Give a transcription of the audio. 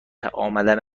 امدن